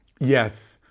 Yes